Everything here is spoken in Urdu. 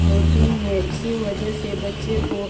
ہوتی ہے اسی وجہ سے بچے کو